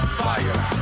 fire